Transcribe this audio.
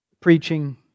preaching